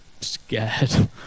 scared